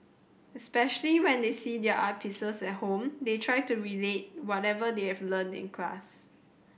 especially when they see their art pieces at home they try to relate whatever they have learnt in the class